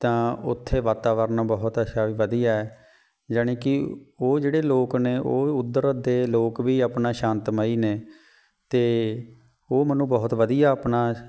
ਤਾਂ ਉੱਥੇ ਵਾਤਾਵਰਨ ਬਹੁਤ ਅੱਛਾ ਵੀ ਵਧੀਆ ਜਾਣੀ ਕਿ ਉਹ ਜਿਹੜੇ ਲੋਕ ਨੇ ਉਹ ਉੱਧਰ ਦੇ ਲੋਕ ਵੀ ਆਪਣਾ ਸ਼ਾਂਤਮਈ ਨੇ ਅਤੇ ਉਹ ਮੈਨੂੰ ਬਹੁਤ ਵਧੀਆ ਆਪਣਾ